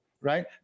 right